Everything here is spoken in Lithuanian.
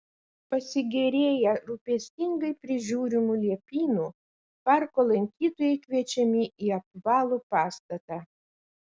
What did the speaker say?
pasigėrėję rūpestingai prižiūrimu liepynu parko lankytojai kviečiami į apvalų pastatą